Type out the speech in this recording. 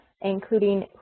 including